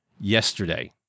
Yesterday